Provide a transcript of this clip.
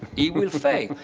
he will fail.